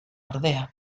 ordea